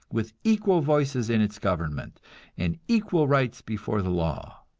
with equal voices in its government and equal rights before the law.